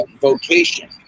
vocation